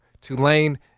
Tulane